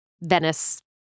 Venice